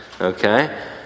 okay